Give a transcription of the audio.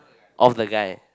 of the guy